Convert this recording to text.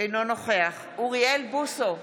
אינו נוכח אוריאל בוסו,